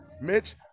Mitch